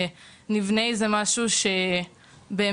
אם נבנה משהו שכל